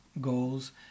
goals